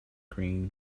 green